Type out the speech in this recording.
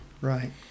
right